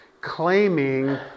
Claiming